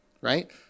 Right